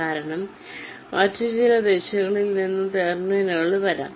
കാരണം മറ്റ് ചില ദിശകളിൽ നിന്ന് ടെർമിനലുകൾ വരാം